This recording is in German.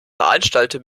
veranstalte